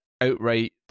outright